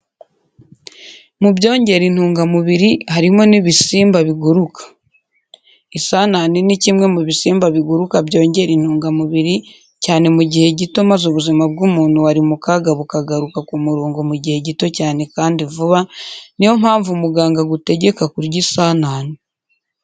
Mu byongera intungamubiri harimo n'ibisimba biguruka. Isanani ni kwimwe mu bisimba biguruka byongera intungamubiri cyane mu gihe gito maze ubuzima bw'umuntu wari mu kaga bukagaruka ku murongo mu gihe gito cyane kandi vuba, niiyo mpamvu muganga agutegeka kurya isanani.